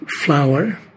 flower